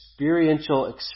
experiential